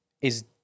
is-